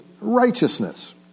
righteousness